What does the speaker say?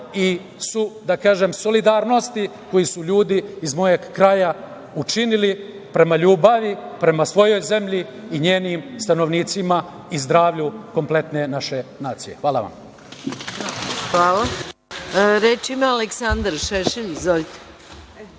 i, da kažem, solidarnosti koje su ljudi iz mog kraja učinili prema ljubavi, prema svojoj zemlji i njenim stanovnicima i zdravlju kompletne naše nacije. Hvala vam. **Maja Gojković** Hvala. Reč ima Aleksandar Šešelj. Izvolite.